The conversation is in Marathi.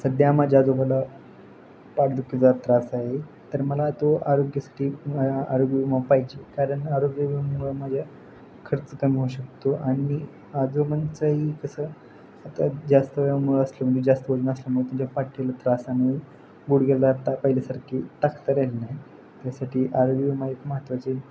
सध्या माझ्या आजोबाला पाठदुखीचा त्रास आहे तर मला तो आरोग्यासाठी आरोग्य विमा पाहिजे कारण आरोग्य विमामुळं माझ्या खर्च कमी होऊ शकतो आणि आजोबांचंही कसं आता जास्त व्यायामामुळे असलं म्हणजे जास्त वजन असल्यामुळे त्यांच्या पाठीला त्रास आणि गुढघ्याला आता पहिल्यासारखी ताकद राहिली नाही त्यासाठी आरोग्य विमा एक महत्त्वाचे